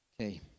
Okay